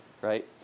Right